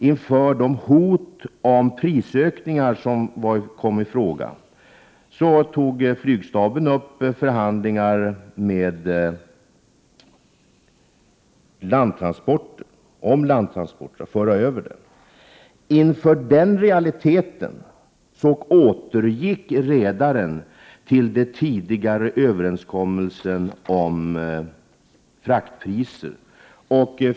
Inför det hot om prisökningar på sjötransporter som kom i fråga tog flygstaben upp förhandlingar om att föra över frakten till landtransporter. Inför den realiteten återgick redaren till den tidigare överenskommelsen om fraktpriser.